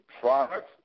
products